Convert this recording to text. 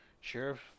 Sheriff